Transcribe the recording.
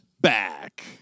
back